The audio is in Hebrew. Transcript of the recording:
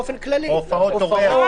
באופן כללי.